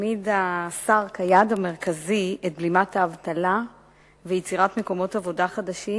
העמיד השר כיעד המרכזי את בלימת האבטלה ויצירת מקומות עבודה חדשים,